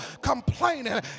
complaining